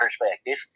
perspective